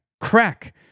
Crack